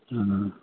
हूँ